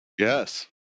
Yes